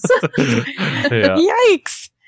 Yikes